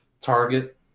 target